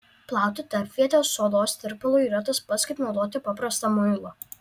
plauti tarpvietę sodos tirpalu yra tas pats kaip naudoti paprastą muilą